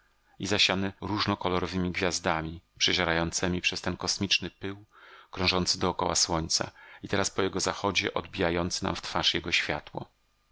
i zasiany różnokolorowemi gwiazdami przezierającemi przez ten kosmiczny pył krążący dokoła słońca i teraz po jego zachodzie odbijający nam w twarz jego światło